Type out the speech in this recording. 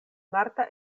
marta